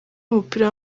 w’umupira